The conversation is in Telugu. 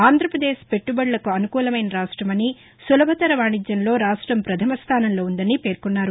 ఆంధ్రప్రదేశ్ పెట్టబడులకు అనుకూలమైన రాష్టమని సులభతర వాణిజ్యంలో రాష్టం ప్రథమస్థానంలో వుందని పేర్కొన్నారు